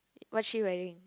what's she wearing